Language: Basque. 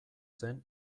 zen